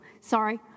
Sorry